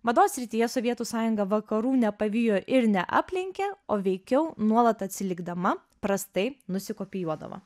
mados srityje sovietų sąjunga vakarų nepavijo ir neaplenkė o veikiau nuolat atsilikdama prastai nusikopijuodavo